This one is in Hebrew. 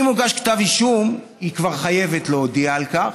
אם הוגש כתב אישום, היא כבר חייבת להודיע על כך.